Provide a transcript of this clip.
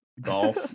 golf